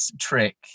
trick